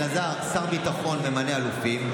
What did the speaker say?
אלעזר, שר ביטחון ממנה אלופים,